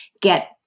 get